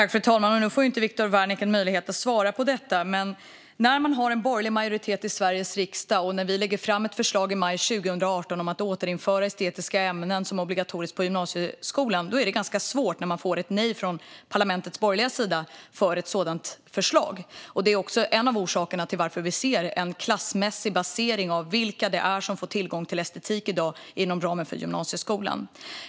Fru talman! Nu får inte Viktor Wärnick möjlighet att svara på detta. Men när det är en borgerlig majoritet i Sveriges riksdag och vi lägger fram ett förslag i maj 2018 om att återinföra estetiska ämnen som obligatoriska i gymnasieskolan är det ganska svårt när vi får ett nej från parlamentets borgerliga sida för ett sådant förslag. Det är också en av orsakerna till att vi ser en klassmässig basering av vilka det är som får tillgång till estetik i dag inom ramen för gymnasieskolan.